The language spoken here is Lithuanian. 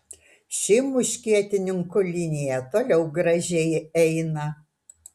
ši muškietininkų linija toliau gražiai eina